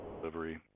delivery